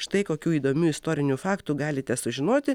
štai kokių įdomių istorinių faktų galite sužinoti